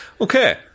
okay